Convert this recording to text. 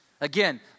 Again